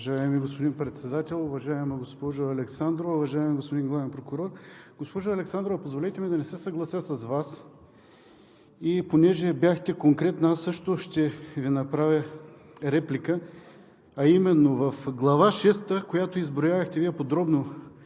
Уважаеми господин Председател, уважаема госпожо Александрова, уважаеми господин Главен прокурор! Госпожо Александрова, позволете ми да не се съглася с Вас. Понеже бяхте конкретна, аз също ще Ви направя реплика, а именно – в Глава шеста, в която Вие изброявахте подробно